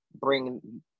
bring